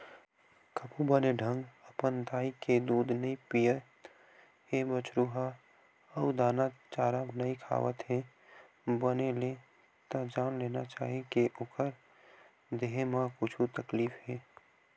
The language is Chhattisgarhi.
कभू बने ढंग अपन दाई के दूद नइ पियत हे बछरु ह अउ दाना चारा नइ खावत हे बने ले त जान लेना चाही के ओखर देहे म कुछु तकलीफ हे